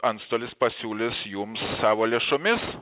antstolis pasiūlys jums savo lėšomis